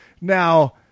Now